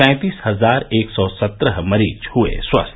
तैंतीस हजार एक सौ सत्रह मरीज हुए स्वस्थ